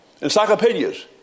encyclopedias